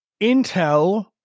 Intel